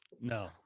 No